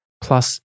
plus